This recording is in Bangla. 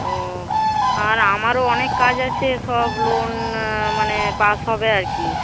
ও আর আমারও অনেক কাজ আছে সব লোন মানে পাস হবে আর কি